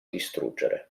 distruggere